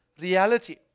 reality